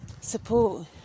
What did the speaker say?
support